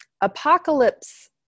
Apocalypse